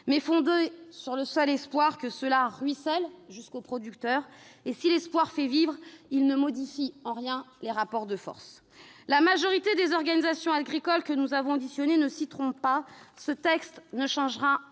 est fondé sur « le seul espoir que cela ruisselle jusqu'aux producteurs ». Et si l'espoir fait vivre, il ne modifie en rien les rapports de force. La majorité des organisations agricoles que nous avons auditionnées ne s'y trompent pas : ce texte ne changera